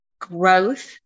growth